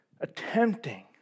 attempting